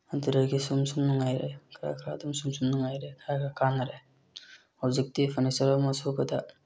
ꯑꯗꯨꯗꯒꯤ ꯁꯨꯝ ꯁꯨꯝ ꯅꯨꯡꯉꯥꯏꯔꯛꯑꯦ ꯈꯔ ꯈꯔ ꯑꯗꯨꯝ ꯁꯨꯝ ꯁꯨꯝ ꯅꯨꯡꯉꯥꯏꯔꯛꯑꯦ ꯈꯔ ꯈꯔ ꯀꯥꯅꯔꯛꯑꯦ ꯍꯧꯖꯤꯛꯇꯤ ꯐꯔꯅꯤꯆꯔ ꯑꯃ ꯁꯨꯕꯗ